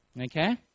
Okay